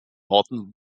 orten